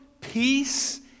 Peace